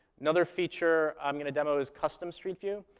another feature i'm going to demo is custom street view.